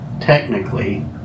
technically